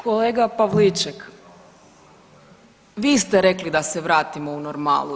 Kolega Pavliček, vi ste rekli da se vratimo u normalu.